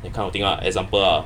that kind of thing lah example ah